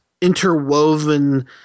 interwoven